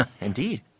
Indeed